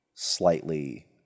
slightly